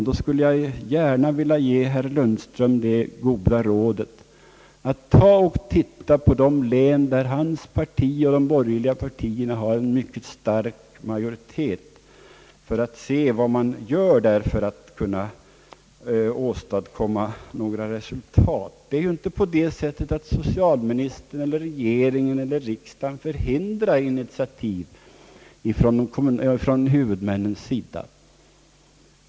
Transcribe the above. Jag skulle gärna vilja ge herr Lundström det goda rådet att han tar och ser på de län där hans parti och övriga borgerliga partier har en mycket stark majoritet och tar reda på vad man gör där för att åstadkomma några resultat. Det förhåller sig inte på det sättet, att socialministern eller regeringen eller riksdagen förhindrar initiativ från huvudmännens sida.